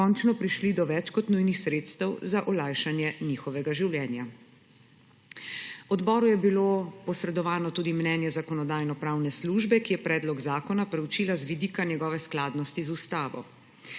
končno prišli do več kot nujnih sredstev za olajšanje svojega življenja. Odboru je bilo posredovano tudi mnenje Zakonodajno-pravne službe, ki je predlog zakona preučila z vidika njegove skladnosti z ustavo,